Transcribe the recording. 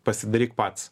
pasidaryk pats